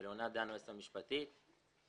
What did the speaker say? וליונת דיין, היועצת המשפטית של העירייה.